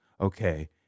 Okay